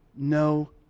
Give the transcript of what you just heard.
No